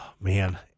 man